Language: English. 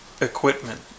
equipment